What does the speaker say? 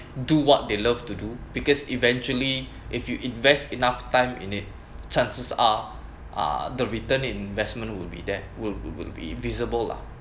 do what they love to do because eventually if you invest enough time in it chances are uh the return in investment will be there will will be visible lah